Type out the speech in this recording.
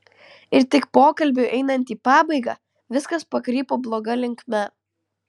ir tik pokalbiui einant į pabaigą viskas pakrypo bloga linkme